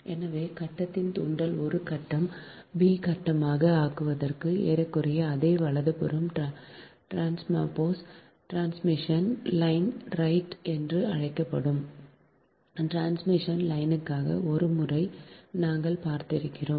எனவே கட்டத்தின் தூண்டலை ஒரு கட்டம் b கட்டமாக ஆக்குவதற்கு ஏறக்குறைய அதே வலதுபுறம் டிரான்ஸ்மபோஸ் டிரான்ஸ்மிஷன் லைன் ரைட் என்று அழைக்கப்படும் டிரான்ஸ்மிஷன் லைனுக்கான ஒரு முறையை நாங்கள் பார்க்கிறோம்